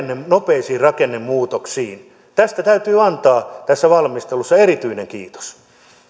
nopeisiin rakennemuutoksiin tästä täytyy antaa tässä valmistelussa erityinen kiitos